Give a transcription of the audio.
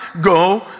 go